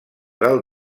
del